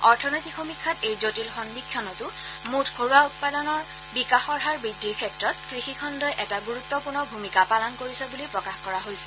অৰ্থনৈতিক সমীক্ষাত এই জটিল সদ্ধিক্ষণতো মুঠ ঘৰুৱা উৎপাদনৰ বিকাশৰ হাৰ বৃদ্ধিৰ ক্ষেত্ৰত কৃষি খণ্ডই এটা গুৰুত্বপূৰ্ণ ভূমিকা পালন কৰিছে বুলি প্ৰকাশ কৰা হৈছে